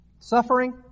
Suffering